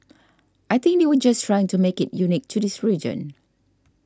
I think they were just trying to make it unique to this region